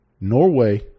Norway